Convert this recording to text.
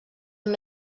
amb